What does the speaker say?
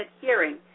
hearing